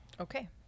okay